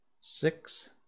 Six